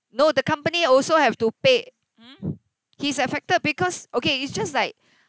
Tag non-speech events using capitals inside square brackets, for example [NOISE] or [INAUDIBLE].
no the company also have to pay [NOISE] he's affected because okay it's just like